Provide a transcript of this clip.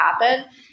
happen